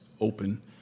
open